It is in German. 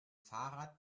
fahrrad